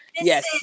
Yes